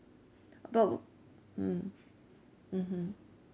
about mm mmhmm